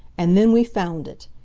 and then we found it!